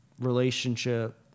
relationship